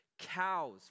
cows